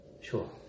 Sure